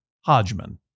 Hodgman